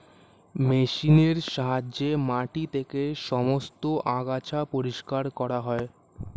মেশিনের সাহায্যে মাটি থেকে সমস্ত আগাছা পরিষ্কার করা হয়